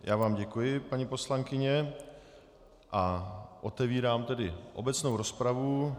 Já vám děkuji, paní poslankyně a otevírám tedy obecnou rozpravu.